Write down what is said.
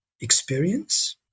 experience